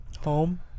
home